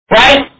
right